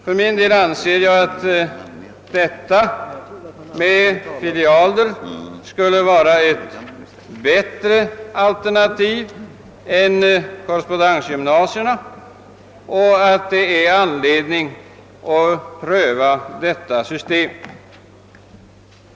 För min del anser jag att detta system med filialer skulle vara ett bättre alternativ än förslaget om korrespondensgymnasier och att det således finns anledning att pröva det.